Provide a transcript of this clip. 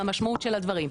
והמשמעות של הדברים.